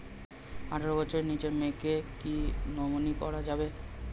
আঠারো বছরের নিচে মেয়েকে কী নমিনি করা যাবে?